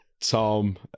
Tom